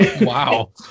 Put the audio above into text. Wow